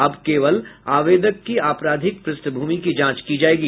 अब केवल आवेदक की आपराधिक पृष्ठभूमि की जांच की जायेगी